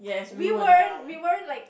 we weren't we weren't like